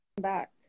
back